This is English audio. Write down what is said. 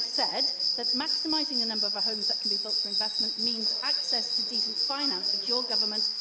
said, that maximising the number of homes that can be built through investment means access to decent finance, which your government,